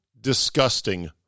disgusting